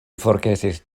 forgesis